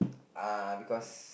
uh because